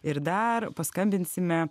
ir dar paskambinsime